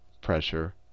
pressure